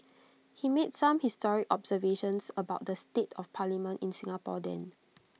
he made some historic observations about the state of parliament in Singapore then